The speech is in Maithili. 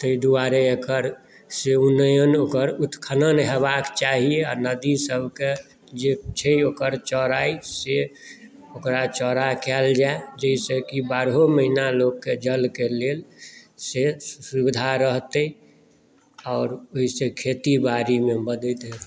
तैं दुआरे एकर से उनन्यन ओकर उत्खनन होएबाक चाही आ नदीसभके जे छै ओकर चौड़ाई से ओकरा चौड़ा कएल जाय जाहिसॅं की बारहों महीना लोकके जलके लेल से सुविधा रहतै आओर ओहिसँ खेती बारीमे मदद हेतै